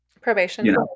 Probation